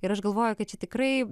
ir aš galvoju kad čia tikrai